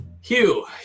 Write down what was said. Hugh